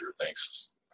Thanks